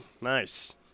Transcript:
nice